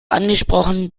angesprochen